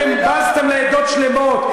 אתם בזתם לעדות שלמות.